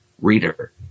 reader